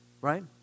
right